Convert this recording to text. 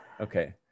Okay